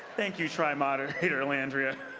thank you, tri-moderator elandria.